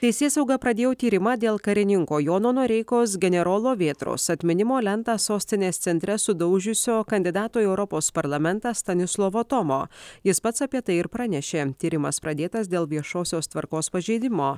teisėsauga pradėjo tyrimą dėl karininko jono noreikos generolo vėtros atminimo lentą sostinės centre sudaužiusio kandidato į europos parlamentą stanislovo tomo jis pats apie tai ir pranešė tyrimas pradėtas dėl viešosios tvarkos pažeidimo